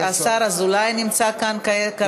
השר אזולאי נמצא כאן כרגע.